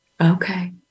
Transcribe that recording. Okay